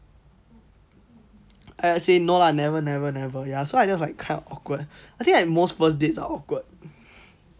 I say no lah never never never ya so I just like kinda of awkward I think like most first dates are awkward